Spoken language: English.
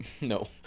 No